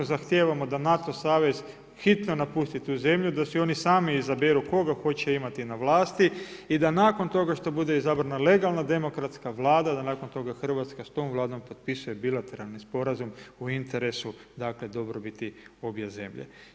Zahtijevamo da NATO savez hitno napusti tu zemlju, da si oni sami izaberu koga hoće imati na vlasti i da nakon toga što bude izabrana legalna demokratska Vlada, da nakon toga Hrvatska s tom Vladom potpisuje bilateralni sporazum u interesu, dakle dobrobiti obije zemlje.